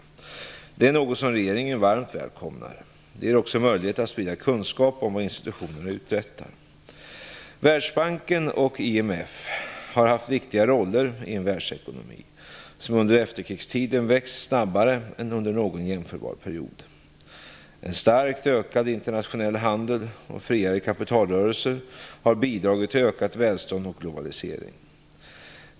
Detta är något som regeringen varmt välkomnar. Det ger också möjligheter att sprida kunskap om vad institutionerna uträttar. Världsbanken och IMF har haft viktiga roller i en världsekonomi som under efterkrigstiden växt snabbare än under någon jämförbar period. En starkt ökad internationell handel och friare kapitalrörelser har bidragit till ökat välstånd och globalisering.